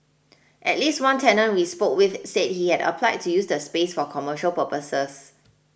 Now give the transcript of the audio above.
at least one tenant we spoke with said he had applied to use the space for commercial purposes